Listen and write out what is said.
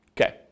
Okay